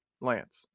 Lance